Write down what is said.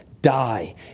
Die